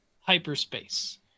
hyperspace